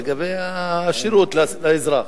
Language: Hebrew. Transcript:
לגבי השירות לאזרח.